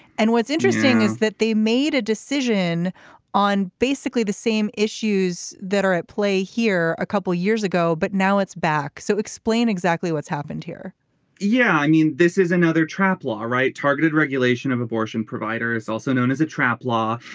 and what's interesting is that they made a decision on basically the same issues that are at play here a couple years ago but now it's back. so explain exactly what's happened here yeah i mean this is another trap law right targeted regulation of abortion providers also known as a trap law.